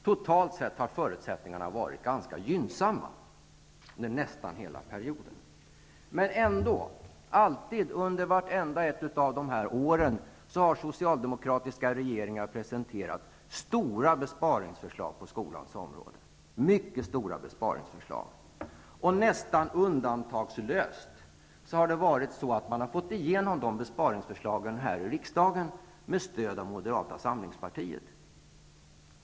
Totalt sett var förutsättningarna ganska gynnsamma under nästan hela perioden. Under vartenda ett av dessa år har ändå socialdemokratiska regeringar presenterat mycket omfattande besparingsförslag när det gäller skolans område. Nästan undantagslöst har man fått igenom dessa besparingsförslag i riksdagen med stöd av Moderata samlingspartiet.